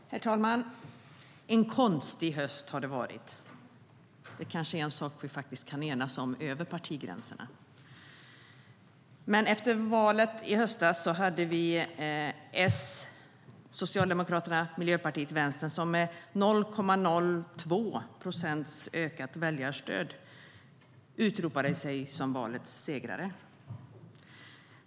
Herr talman! En konstig höst har det varit. Det kanske är en sak vi faktiskt kan enas om över partigränserna. Efter valet i höstas var det Socialdemokraterna, Miljöpartiet och Vänsterpartiet som med 0,02 procent ökat väljarstöd utropade sig till valets segrare.